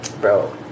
bro